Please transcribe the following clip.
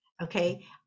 Okay